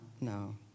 no